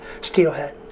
steelhead